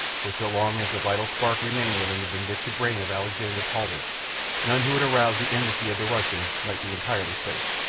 for so long as the vital spark remained within the vindictive brain of alexander paulvitch none who had aroused the enmity of the russian might be entirely safe.